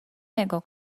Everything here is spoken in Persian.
نگاه